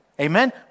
Amen